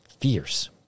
fierce